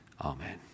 Amen